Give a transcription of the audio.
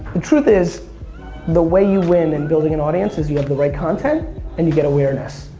the truth is the way you win in building an audience is you have the right content and you get awareness.